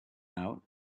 out